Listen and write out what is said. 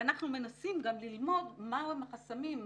אנחנו מנסים גם ללמוד מהם החסמים,